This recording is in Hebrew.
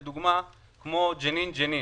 לדוגמה, על סרט כמו ג'נין ג'נין